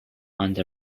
under